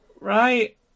Right